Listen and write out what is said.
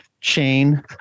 chain